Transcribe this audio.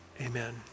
amen